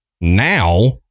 now